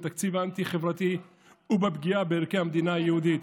בתקציב אנטי-חברתי ובפגיעה בערכי המדינה היהודית.